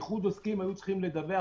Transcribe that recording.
איחוד עוסקים היו צריכים לדווח